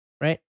right